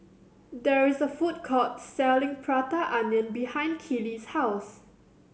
there is a food court selling Prata Onion behind Keely's house